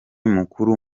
mukuru